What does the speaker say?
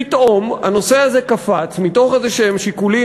פתאום הנושא הזה קפץ מתוך איזשהם שיקולים,